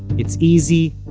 it's easy,